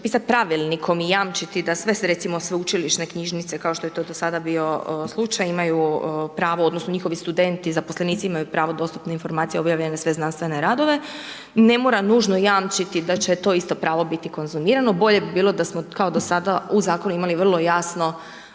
potpisat pravilnikom i jamčiti da sve se recimo sveučilišne knjižnice kao što je to do sada bio slučaj imaju pravo odnosno njihovi studenti, zaposlenici imaju pravo dostupne informacije, objavljene znanstvene radove, ne mora nužno jamčiti da će to isto pravo biti konzumirano, bolje bi bilo da smo kao do sada u zakonu imali vro jasno